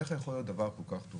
איך יכול להיות שדבר טוב,